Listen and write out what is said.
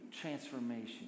transformation